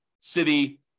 city